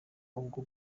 ubwo